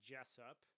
Jessup